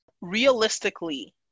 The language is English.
Realistically